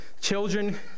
children